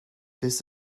this